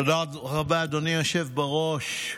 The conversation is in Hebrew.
תודה רבה, אדוני היושב בראש.